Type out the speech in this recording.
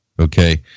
okay